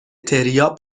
تریا